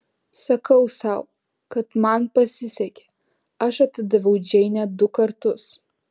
sakau sau kad man pasisekė aš atidaviau džeinę du kartus